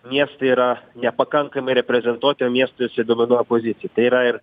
miestai yra nepakankamai reprezentuoti o miestuose dominuoja pozicija tai yra ir